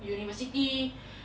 university